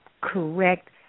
correct